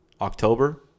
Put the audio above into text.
October